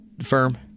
firm